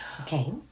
Okay